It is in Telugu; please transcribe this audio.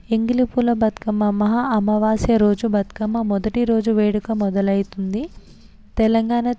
ఎంగిలి పూల బతుకమ్మ మహా అమావాస్యరోజు బతుకమ్మ మొదటిరోజు వేడుక మొదలయితుంది తెలంగాణ